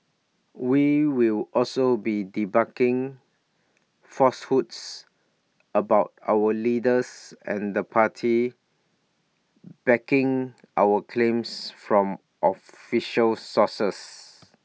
we will also be debunking falsehoods about our leaders and the party backing our claims from official sources